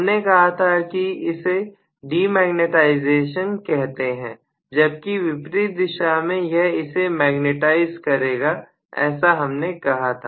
हमने कहा था कि इसे डिमैग्नेटाइजेशन कहते हैं जबकि विपरीत दिशा में यह इसे मैग्नेटाइज करेगा ऐसा हमने कहा था